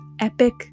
epic